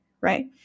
right